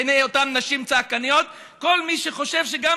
בעיני אותן נשים צעקניות כל מי שחושב שגם